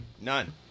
None